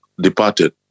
departed